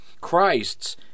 Christ's